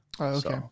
Okay